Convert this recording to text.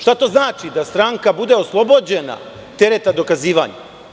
Šta to znači, da stranka bude oslobođena tereta dokazivanja?